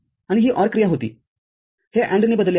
आणि ही OR क्रिया होती हे AND ने बदलले आहे